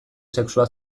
sexua